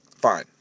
fine